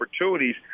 opportunities